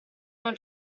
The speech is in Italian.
non